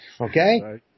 Okay